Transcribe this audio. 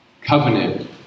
Covenant